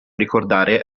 ricordare